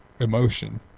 emotion